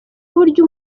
uburyo